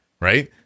Right